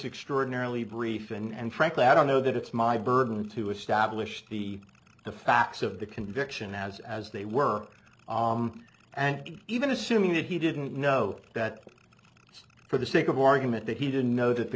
extraordinarily brief and frankly i don't know that it's my burden to establish the facts of the conviction as as they were and even assuming that he didn't know that just for the sake of argument that he didn't know that the